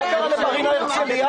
מה קרה למרינה בהרצליה?